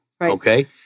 Okay